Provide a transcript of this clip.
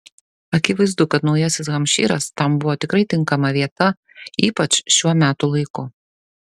akivaizdu kad naujasis hampšyras tam buvo tikrai tinkama vieta ypač šiuo metų laiku